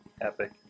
epic